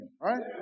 right